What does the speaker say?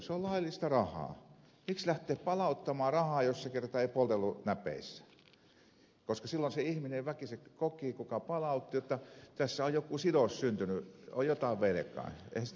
miksi lähteä palauttamaan rahaa jos se ei kerta poltellut näpeissä koska silloin se ihminen väkisinkin koki joka palautti jotta tässä on joku sidos syntynyt on jotain velkaa